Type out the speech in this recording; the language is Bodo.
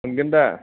मोनगोन दा